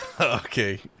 Okay